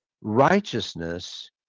righteousness